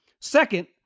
Second